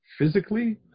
Physically